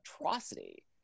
atrocity